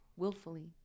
Willfully